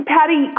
Patty